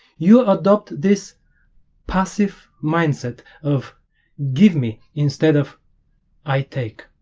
you adopt this passive mindset of give me instead of i take